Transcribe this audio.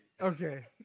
Okay